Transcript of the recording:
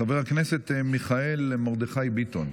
חבר הכנסת מיכאל מרדכי ביטון.